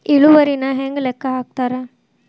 ಇಳುವರಿನ ಹೆಂಗ ಲೆಕ್ಕ ಹಾಕ್ತಾರಾ